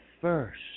first